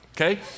okay